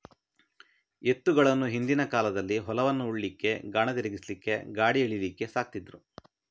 ಎತ್ತುಗಳನ್ನ ಹಿಂದಿನ ಕಾಲದಲ್ಲಿ ಹೊಲವನ್ನ ಉಳ್ಲಿಕ್ಕೆ, ಗಾಣ ತಿರ್ಗಿಸ್ಲಿಕ್ಕೆ, ಗಾಡಿ ಎಳೀಲಿಕ್ಕೆ ಸಾಕ್ತಿದ್ರು